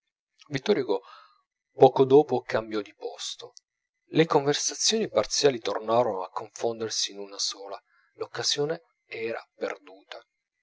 hugo poco dopo cambiò di posto le conversazioni parziali tornarono a confondersi in una sola l'occasione era perduta